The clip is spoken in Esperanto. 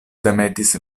demetis